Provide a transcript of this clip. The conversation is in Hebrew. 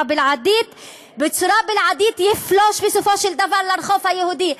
בלעדית יפלוש בסופו של דבר לרחוב היהודי.